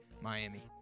Miami